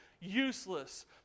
useless